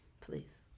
please